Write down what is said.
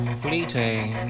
fleeting